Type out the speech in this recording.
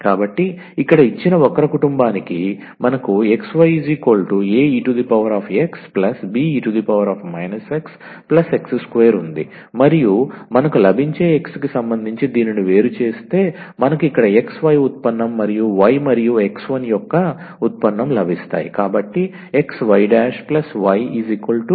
కాబట్టి ఇక్కడ ఇచ్చిన వక్ర కుటుంబానికి మనకు 𝑥𝑦 𝑎𝑒𝑥 𝑏𝑒−𝑥 𝑥2 ఉంది మరియు మనకు లభించే x కి సంబంధించి దీనిని వేరు చేస్తే మనకు ఇక్కడ x y ఉత్పన్నం మరియు y మరియు x 1 యొక్క ఉత్పన్నం లభిస్తాయి